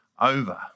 over